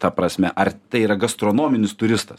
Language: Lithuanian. ta prasme ar tai yra gastronominis turistas